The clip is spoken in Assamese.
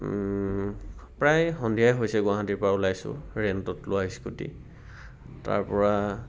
প্ৰায় সন্ধিয়াই হৈছে গুৱাহাটীৰ পৰা ওলাইছোঁ ৰেণ্টত লোৱা ইস্কুটি তাৰ পৰা